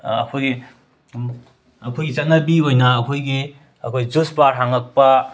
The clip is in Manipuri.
ꯑꯩꯈꯣꯏꯒꯤ ꯑꯩꯈꯣꯏꯒꯤ ꯆꯠꯅꯕꯤ ꯑꯣꯏꯅ ꯑꯩꯈꯣꯏꯒꯤ ꯑꯈꯣꯏ ꯖꯨꯁ ꯕꯥꯔ ꯍꯥꯡꯉꯛꯄ